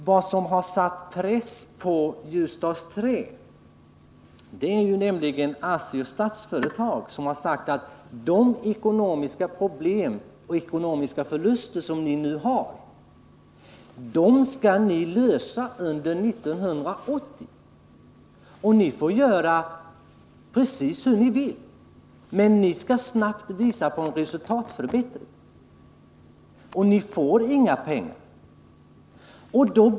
Vad som har satt press på Ljusdals Trä är att ASSI och Statsföretag har sagt att de ekonomiska problem som företaget nu har skall lösas under 1980. Ni får göra precis hur ni vill, har man sagt, men ni skall snabbt visa på en resultatförbättring, och till dess får ni inga pengar.